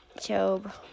Job